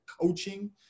coaching